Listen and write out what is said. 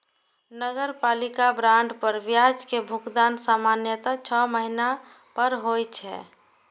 नगरपालिका बांड पर ब्याज के भुगतान सामान्यतः छह महीना पर होइ छै